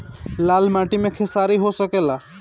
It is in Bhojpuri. लाल माटी मे खेसारी हो सकेला?